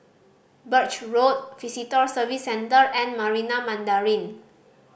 Birch Road Visitor Services Center and Marina Mandarin